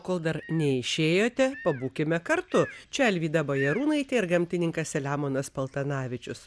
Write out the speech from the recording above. kol dar neišėjote pabūkime kartu čia alvyda bajarūnaitė ir gamtininkas selemonas paltanavičius